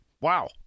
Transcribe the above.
Wow